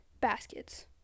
baskets